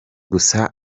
gusa